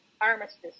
Armistice